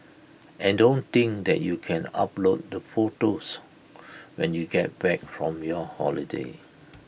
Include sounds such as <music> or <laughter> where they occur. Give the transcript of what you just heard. and don't think that you can upload the photos <noise> when you get back from your holiday